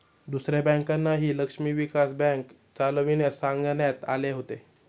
दुसऱ्या बँकांनाही लक्ष्मी विलास बँक चालविण्यास सांगण्यात आले होते